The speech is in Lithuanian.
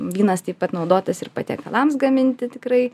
vynas taip pat naudotas ir patiekalams gaminti tikrai